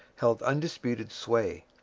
held undisputed sway.